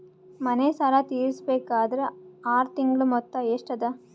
ಮನೆ ಸಾಲ ತೀರಸಬೇಕಾದರ್ ಆರ ತಿಂಗಳ ಮೊತ್ತ ಎಷ್ಟ ಅದ?